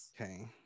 Okay